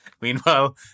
Meanwhile